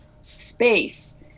space